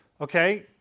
Okay